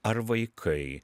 ar vaikai